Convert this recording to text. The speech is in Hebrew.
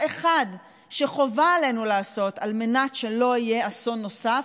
ואם יש דבר אחד שחובה עלינו לעשות על מנת שלא יהיה אסון נוסף